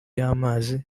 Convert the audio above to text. y’amazi